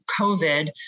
COVID